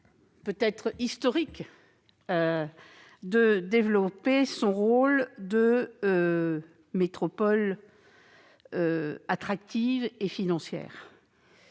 peut-être historique, de développer son rôle de métropole attractive et financière.